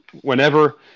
whenever